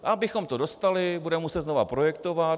A abychom to dostali, budeme muset znovu projektovat.